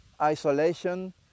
Isolation